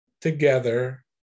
together